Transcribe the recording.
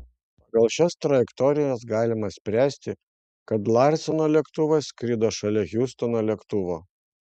pagal šias trajektorijas galima spręsti kad larseno lėktuvas skrido šalia hiustono lėktuvo